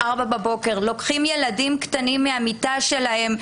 בארבע בבוקר לוקחים ילדים קטנים מהמיטה שלהם,